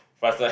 front side